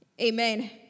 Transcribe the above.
Amen